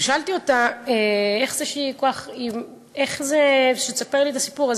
וביקשתי ממנה שתספר לי את הסיפור.